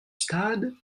stade